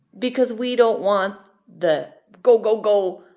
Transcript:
because we don't want the go, go, go.